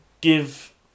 give